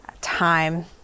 time